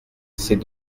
ses